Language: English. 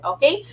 Okay